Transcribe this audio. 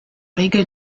regel